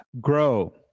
grow